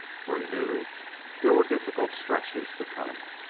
for he knew there were difficult stretches to come.